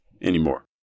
anymore